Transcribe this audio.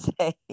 say